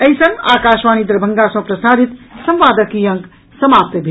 एहि संग आकाशवाणी दरभंगा सँ प्रसारित संवादक ई अंक समाप्त भेल